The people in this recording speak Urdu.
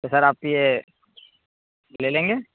سر آپ یہ لے لیں گے